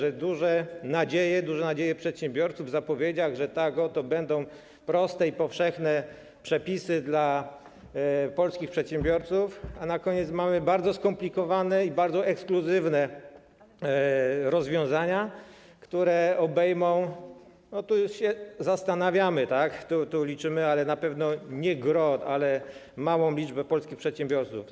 Były duże nadzieje, duże nadzieje przedsiębiorców w przypadku zapowiedzi, że oto będą proste i powszechne przepisy dla polskich przedsiębiorców, a na koniec mamy bardzo skomplikowane i bardzo ekskluzywne rozwiązania, które obejmą, tu się zastanawiamy, tu liczymy, na pewno nie gros, ale małą liczbę polskich przedsiębiorców.